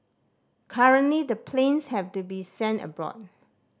currently the planes have to be sent abroad